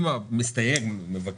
אם המסתייג מבקש,